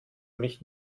mich